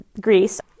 Greece